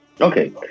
Okay